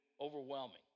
overwhelming